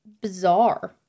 bizarre